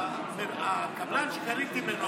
הקבלן שקניתי ממנו,